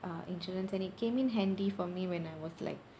uh insurance and it came in handy for me when I was like